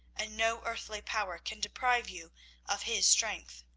and no earthly power can deprive you of his strength.